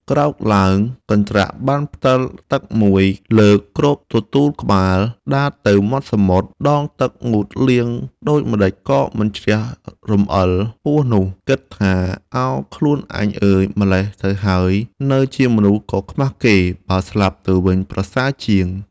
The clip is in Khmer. ក្រោកឡើងកន្ដ្រាក់បានផ្ដិលទឹកមួយលើកគ្របទទូលក្បាល ដើរទៅមាត់សមុទ្រ ដងទឹកងូតលាងដូចម្ដេចក៏មិនជ្រះរំអិលពស់នោះ គិតថាឱខ្លួនអញអើយម្ល៉េះទៅហើយនៅជាមនុស្សក៏ខ្មាស់គេ បើស្លាប់ ទៅវិញប្រសើរជាង។